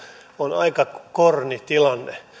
on tilanne aika korni